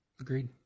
agreed